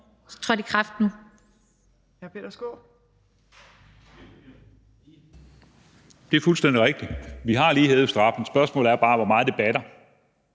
Det er fuldstændig rigtigt, at vi lige har hævet straffen. Spørgsmålet er bare, hvor meget det batter.